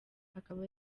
akaba